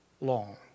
long